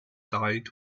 died